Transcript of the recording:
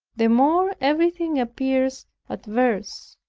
the more everything appears adverse,